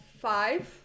five